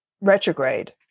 retrograde